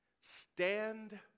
Stand